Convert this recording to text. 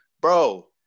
bro